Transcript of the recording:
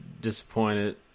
disappointed